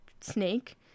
snake